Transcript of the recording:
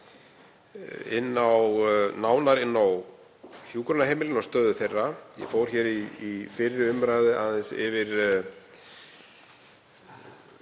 nánar inn á hjúkrunarheimilin og stöðu þeirra. Ég fór í fyrri umræðu aðeins yfir